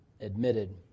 admitted